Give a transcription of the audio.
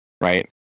right